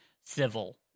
civil